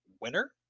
winner